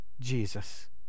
Jesus